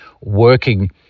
working